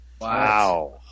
Wow